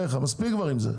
מספיק כבר עם זה.